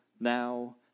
now